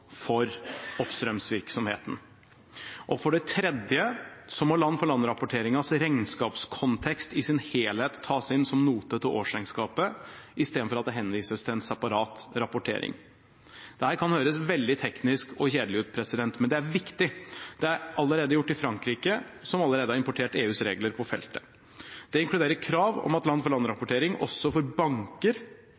for oppstrømsvirksomheten. For det tredje må land-for-land-rapporteringens regnskapskontekst i sin helhet tas inn som note til årsregnskapet istedenfor at det henvises til en separat rapportering. Dette kan høres veldig teknisk og kjedelig ut, men det er viktig. Det er allerede gjort i Frankrike, som allerede har importert EUs regler på feltet. Det inkluderer krav om land-for-land-rapportering også for banker, og at informasjonen skal oppgis i noter til årsregnskapet, land for land, ikke konsolidert. Siden kravet om land-for-land-rapportering også